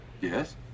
Yes